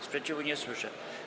Sprzeciwu nie słyszę.